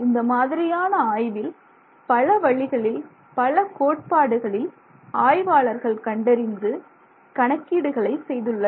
இந்த மாதிரியான ஆய்வில் பல வழிகளில் பல கோட்பாடுகளில் ஆய்வாளர்கள் கண்டறிந்து கணக்கீடுகளை செய்துள்ளனர்